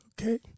Okay